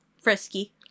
Frisky